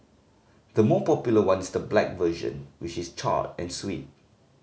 the more popular one is the black version which is charred and sweet